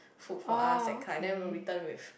food for us that kind then we will return with